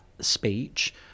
speech